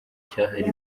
cyahariwe